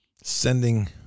Sending